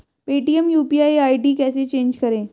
Paytm UPI ID कैसे change करें?